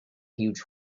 huge